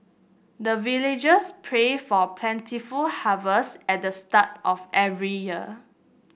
the villagers pray for plentiful harvest at the start of every year